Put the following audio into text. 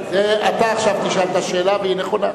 אתה עכשיו תשאל את השאלה, והיא נכונה.